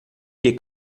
que